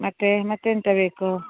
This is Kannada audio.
ಮತ್ತೆ ಮತ್ತೆಂತ ಬೇಕು